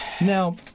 Now